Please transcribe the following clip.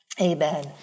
amen